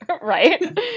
right